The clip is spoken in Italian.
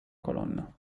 colonna